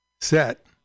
set